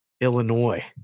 Illinois